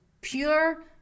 pure